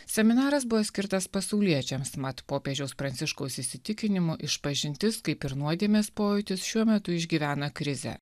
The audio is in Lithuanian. seminaras buvo skirtas pasauliečiams mat popiežiaus pranciškaus įsitikinimu išpažintis kaip ir nuodėmės pojūtis šiuo metu išgyvena krizę